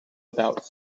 about